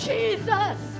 Jesus